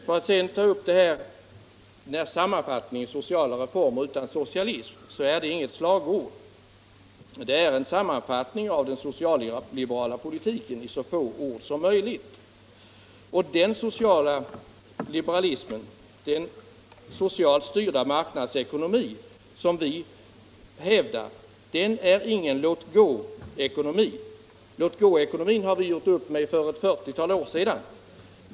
Sociala reformer utan socialism är inget slagord utan det är, i så få ord som möjligt, en sammanfattning av den social-liberala politiken. Den sociala liberalism, den socialt styrda marknadsekonomi som vi hävdar är ingen låt-gå-ekonomi. Låt-gå-ekonomin har vi gjort upp med för ett fyrtiotal år sedan.